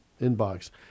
inbox